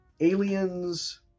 aliens